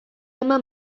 ama